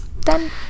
Done